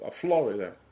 Florida